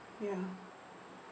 ya